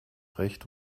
recht